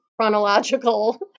chronological